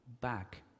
back